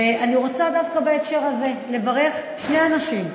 ואני רוצה דווקא בהקשר הזה לברך שני אנשים: